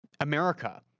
America